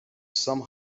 some